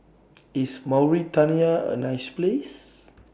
IS Mauritania A nice Place